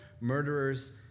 murderers